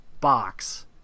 box